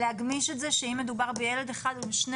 להגמיש את זה שאם מדובר בילד אחד או בשני